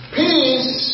peace